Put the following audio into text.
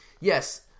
yes